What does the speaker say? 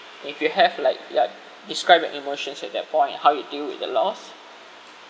and if you have like ya describe your emotions at that point and how you deal with the loss